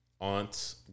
aunt